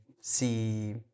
see